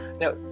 now